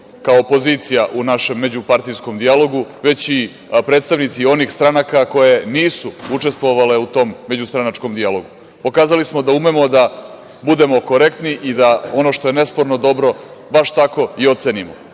kao opozicija u našem međupartijskom dijalogu, već i predstavnici onih stranaka koje nisu učestvovale u tom međustranačkom dijalogu. Pokazali smo da umemo da budemo korektni i da ono što je nesporno dobro, baš tako i ocenimo,